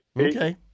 Okay